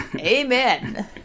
Amen